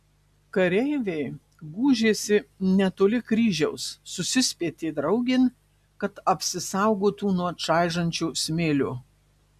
kareiviai gūžėsi netoli kryžiaus susispietė draugėn kad apsisaugotų nuo čaižančio smėlio